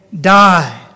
die